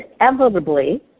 inevitably